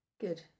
Good